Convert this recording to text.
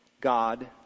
God